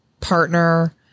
partner